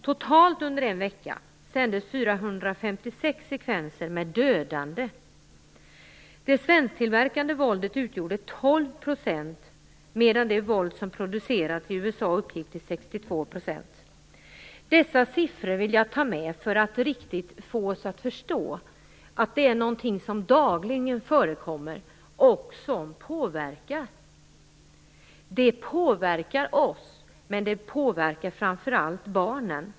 Totalt under en vecka sändes 456 sekvenser med dödande. Dessa siffror vill jag ta med för att riktigt få oss att förstå att våldet är någonting som förekommer dagligen och som påverkar. Det påverkar oss, men det påverkar framför allt barnen.